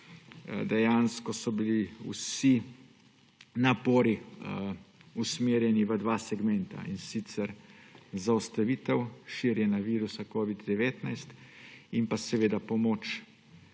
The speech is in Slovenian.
Dejansko so bili vsi napori usmerjeni v dva segmenta, in sicer zaustavitev širjenja virusa covid-19 in seveda pomoč